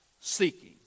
seeking